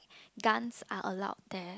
guns are allowed there